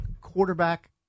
quarterback